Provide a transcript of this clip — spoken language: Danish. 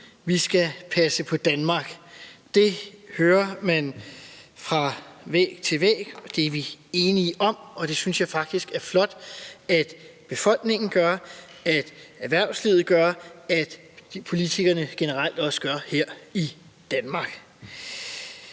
vi skal passe på Danmark. Det hører man fra væg til væg. Det er vi enige om, og det synes jeg faktisk er flot at befolkningen gør, at erhvervslivet gør, og at politikerne generelt også gør her i Danmark.